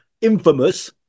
infamous